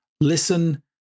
Listen